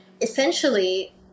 essentially